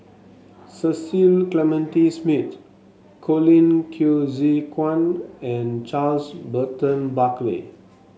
Cecil Clementi Smith Colin Qi Zhe Quan and Charles Burton Buckley